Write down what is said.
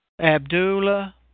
Abdullah